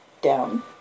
down